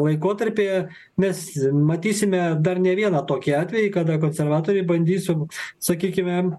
laikotarpyje mes matysime dar ne vieną tokį atvejį kada konservatoriai bandys su sakykime